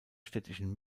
städtischen